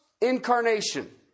incarnation